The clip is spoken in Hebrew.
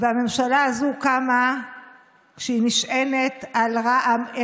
והממשלה הזאת קמה כשהיא נשענת על רע"מ.